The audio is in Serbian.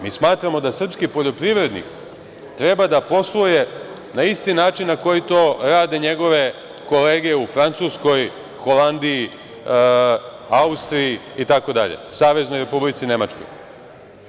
Mi smatramo da srpski poljoprivrednik treba da posluje na isti način na koji to rade njegove kolege u Francuskoj, Holandiji, Austriji, Saveznoj Republici Nemačkoj itd.